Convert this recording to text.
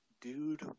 Dude